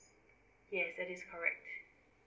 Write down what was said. yes that is correct